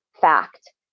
fact